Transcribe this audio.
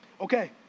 Okay